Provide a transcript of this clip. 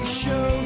show